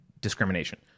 discrimination